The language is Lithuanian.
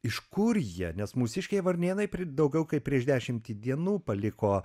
iš kur jie nes mūsiškiai varnėnai pri daugiau kaip prieš dešimtį dienų paliko